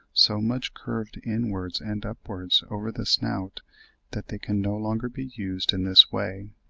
so much curved inwards and upwards over the snout that they can no longer be used in this way.